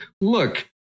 look